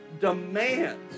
demands